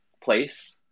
place